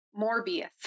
Morbius